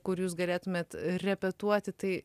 kur jūs galėtumėt repetuoti tai